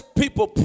people